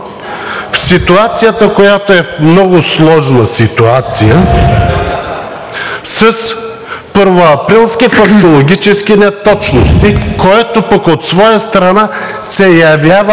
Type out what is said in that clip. в ситуацията, която е много сложна ситуация, с първоаприлски фактологически неточности, което пък от своя страна се явява